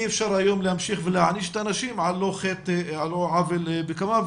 אי אפשר היום להמשיך ולהעניש את האנשים על לא עוול בכפם.